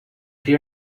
crio